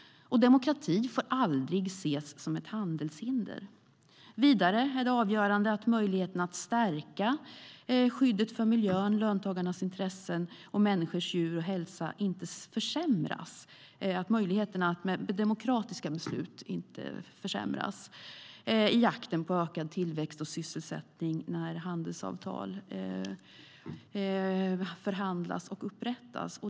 Demokrati får aldrig ses som ett handelshinder. Vidare är det avgörande att möjligheten att genom demokratiska beslut stärka skyddet för miljön, löntagarnas intressen samt människors och djurs hälsa inte försämras i jakten på ökad tillväxt och sysselsättning när handelsavtal förhandlas och upprättas.